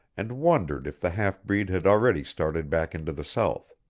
and wondered if the half-breed had already started back into the south.